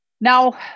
Now